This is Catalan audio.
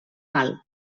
mal